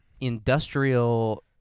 industrial